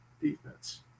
defense